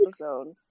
episode